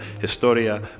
Historia